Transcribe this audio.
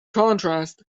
contrast